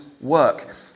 work